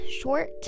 short